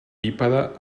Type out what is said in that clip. bípede